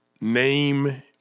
name